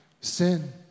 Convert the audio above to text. sin